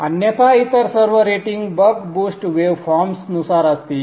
अन्यथा इतर सर्व रेटिंग बक बूस्ट वेवफॉर्म्सनुसार असतील